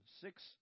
Six